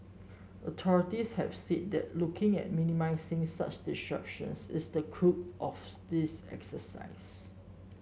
authorities have said that looking at minimising such disruptions is the crux of this exercise